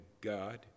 God